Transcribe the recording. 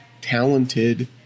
talented